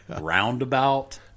roundabout